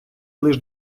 лиш